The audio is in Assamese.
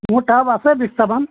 মোৰ টাব আছে বিছটামান